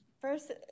first